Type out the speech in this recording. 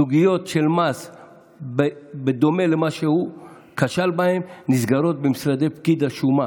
סוגיות של מס בדומה למה שהוא כשל בהן נסגרות במשרדי פקיד השומה.